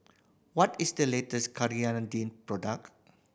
what is the latest product